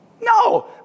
No